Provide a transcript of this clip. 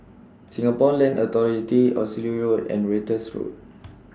Singapore Land Authority Oxley Road and Ratus Road